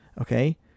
Okay